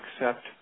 accept